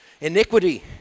iniquity